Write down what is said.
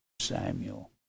Samuel